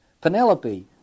Penelope